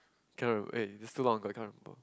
cannot remember eh it's too long ago I can't remember